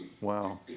wow